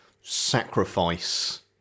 sacrifice